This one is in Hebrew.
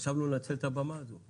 חשבנו לנצל את הבמה הזו.